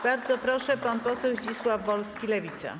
Bardzo proszę, pan poseł Zdzisław Wolski, Lewica.